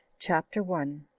chapter one.